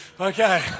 Okay